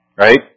Right